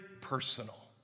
personal